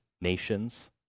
nations